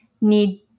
need